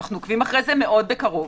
אנו עוקבים אחרי זה מאוד מקרוב.